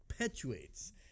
perpetuates